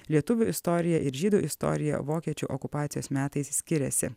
lietuvių istorija ir žydų istorija vokiečių okupacijos metais skiriasi